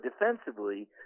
defensively